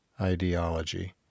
ideology